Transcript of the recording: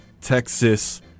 Texas